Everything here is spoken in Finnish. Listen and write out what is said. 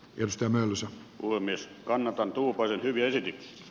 jos tämä museo on myös kannattanut uhri vietit